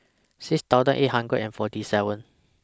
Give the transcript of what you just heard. six thousand eight hundred and forty seven